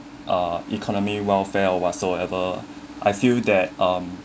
uh economy welfare or whatsoever I feel that um